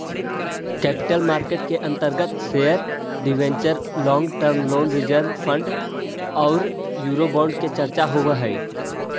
capital market के अंतर्गत share debenture long term loan reserve fund औउर यूरोबोंड के चर्चा होवऽ हई